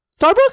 Starbucks